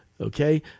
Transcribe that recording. okay